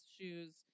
shoes